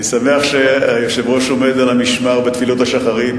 אני שמח שהיושב-ראש עומד על המשמר בתפילות השחרית,